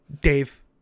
Dave